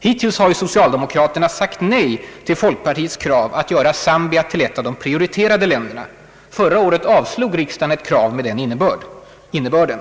Hittills har ju socialdemokraterna sagt nej till folkpartiets krav att göra Zambia till ett av de prioriterade länderna. Förra året avslog riksdagen ett krav med den innebörden.